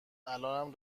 الانم